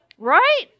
Right